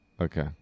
Okay